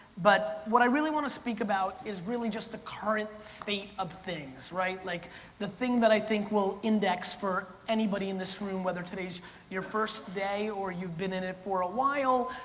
but what i really wanna speak about is really just the current state of things. like the thing that i think will index for anybody in this room whether today's your first day or you've been in it for awhile.